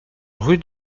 rue